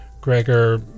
...Gregor